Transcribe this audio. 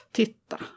titta